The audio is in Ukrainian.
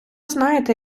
знаєте